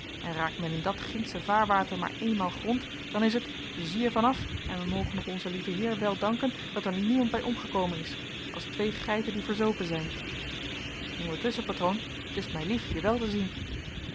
en raakt men in dat gindsche vaarwater maar eenmaal grond dan is het zie er van af en wij mogen nog onzen lieven heer wel danken dat er niemand bij omgekomen is als twee geiten die verzopen zijn ondertusschen patroon t is mij lief je wel te zien